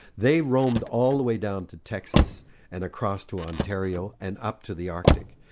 they roamed all the way down to texas and across to ontario and up to the arctic.